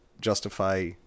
justify